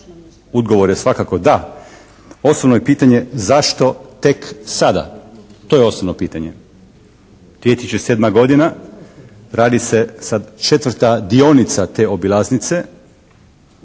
Odgovor je svakako da. Osnovno je pitanje zašto tek sada? To je osnovno pitanje. 2007. godina. Radi se sad četvrta dionica te obilaznice.